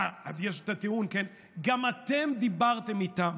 אה, אז יש קצת טיעון: כן, גם אתם דיברתם איתם.